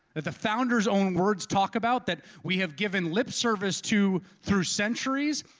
that the founders own words talk about. that we have given lip service to through centuries,